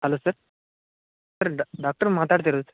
hello sir sir doctor ಮಾತಾಡ್ತಿರೋದಾ